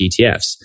ETFs